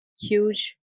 huge